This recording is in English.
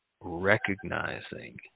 recognizing